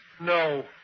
No